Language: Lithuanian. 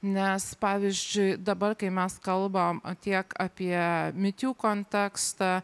nes pavyzdžiui dabar kai mes kalbam tiek apie mytiu kontekstą